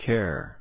Care